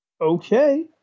okay